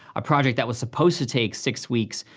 a project that was supposed to take six weeks,